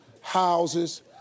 houses